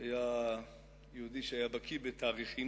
שהיה יהודי שהיה בקי בתאריכים,